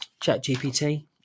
ChatGPT